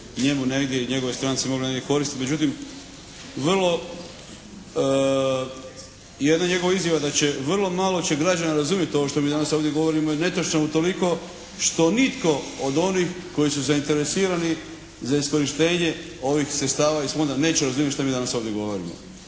njemu negdje i njegovoj stranci moglo negdje koristiti. Međutim, vrlo jedna njegova izjava da će vrlo malo će građana razumjeti ovo što mi ovdje govorimo, jer je netočno utoliko što nitko od onih koji su zainteresirani za iskorištenje ovih sredstava iz fonda neće razumjeti što mi danas ovdje govorimo,